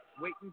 Waiting